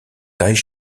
taille